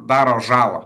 daro žalą